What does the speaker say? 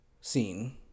scene